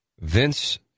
Vince